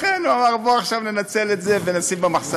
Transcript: לכן הוא אמר: בואו עכשיו ננצל את זה ונשים במחסנים,